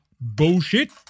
bullshit